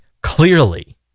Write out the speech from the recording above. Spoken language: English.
clearly